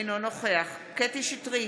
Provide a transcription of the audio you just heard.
אינו נוכח קטי קטרין שטרית,